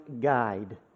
guide